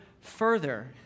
further